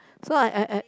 so I I I